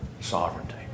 sovereignty